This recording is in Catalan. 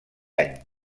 any